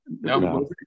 No